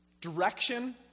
Direction